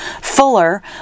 fuller